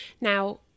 now